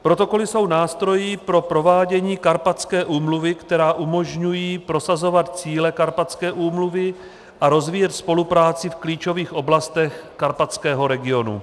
Protokoly jsou nástroji pro provádění Karpatské úmluvy, které umožňují prosazovat cíle Karpatské úmluvy a rozvíjet spolupráci v klíčových oblastech karpatského regionu.